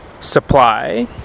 supply